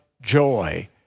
joy